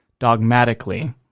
dogmatically